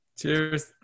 Cheers